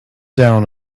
down